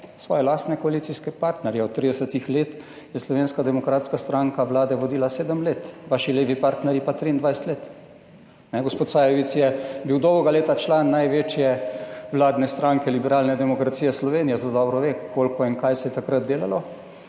svoje lastne koalicijske partnerje. Od 30 let je Slovenska demokratska stranka vlade vodila sedem let, vaši levi partnerji pa 23 let. Gospod Sajovic je bil dolga leta član največje vladne stranke, Liberalna demokracija Slovenije. Zelo dobro ve, koliko in kaj se je takrat delalo